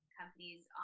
companies